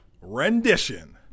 rendition